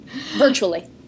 Virtually